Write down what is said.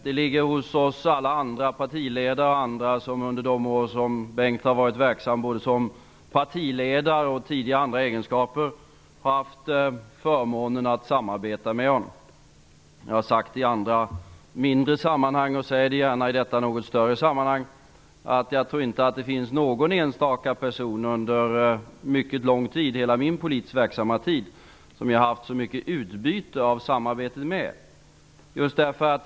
Det ligger hos oss alla - partiledare och andra - som under de år som Bengt Westerberg har varit verksam både som partiledare och tidigare i andra egenskaper haft förmånen att samarbeta med honom. Jag har sagt i andra mindre sammanhang och jag säger gärna i detta något större sammanhang att jag tror att det inte på mycket lång tid - hela den tid jag varit politiskt verksam - har funnits någon enstaka person som jag har haft så mycket utbyte av att samarbeta med som Bengt Westerberg.